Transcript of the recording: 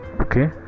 okay